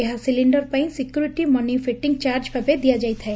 ଏହା ସିଲିଣ୍ଡର ପାଇଁ security money fitting charge ଭାବେ ଦିଆଯାଇଥାଏ